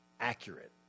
accurate